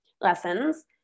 lessons